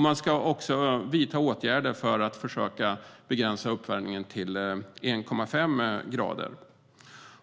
Man ska också vidta åtgärder för att försöka begränsa uppvärmningen till 1,5 grader.